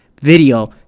video